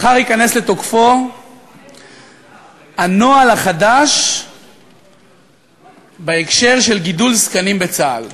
מחר ייכנס לתוקפו הנוהל החדש בהקשר של גידול זקנים בצה"ל.